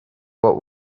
what